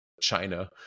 China